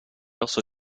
also